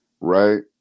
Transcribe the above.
right